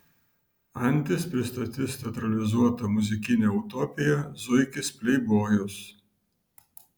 antis pristatys teatralizuotą muzikinę utopiją zuikis pleibojus